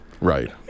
Right